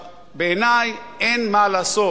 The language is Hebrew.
בעיני, אין מה לעשות.